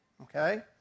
okay